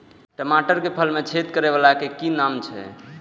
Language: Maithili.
टमाटर के फल में छेद करै वाला के कि नाम छै?